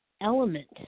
element